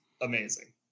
amazing